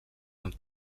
amb